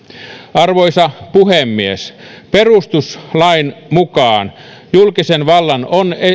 arvoisa puhemies perustuslain mukaan julkisen vallan on